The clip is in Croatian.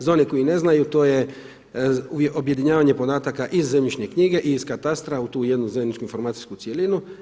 Za one koji ne znaju to je objedinjavanje podataka iz zemljišne knjige i iz katastra u tu jednu zajedničku informacijsku cjelinu.